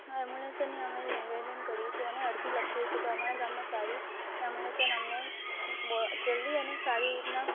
એમ્બયુલન્સને અમે નિવેદન કરીએ છીએ અને અરજી લખીએ છીએ કે અમારા ગામમાં સારી એબુલેસન અમને બ જલ્દી અને સારી રીતના